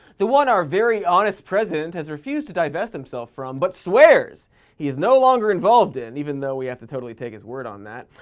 the one our very honest president has refused to divest himself from, but swears he is no longer involved in, even though we have to totally take his word on that,